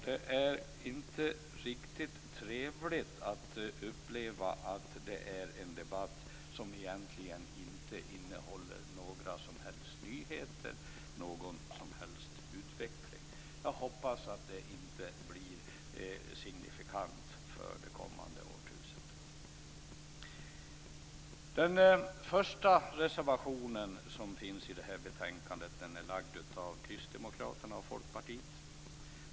Det är inte riktigt trevligt att uppleva att det är en debatt som egentligen inte innehåller några som helst nyheter eller någon som helst utveckling. Jag hoppas att detta inte blir signifikant för det kommande årtusendet. Den första reservationen i betänkandet är framlagd av Kristdemokraterna och Folkpartiet.